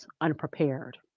unprepared